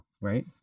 Right